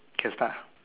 can start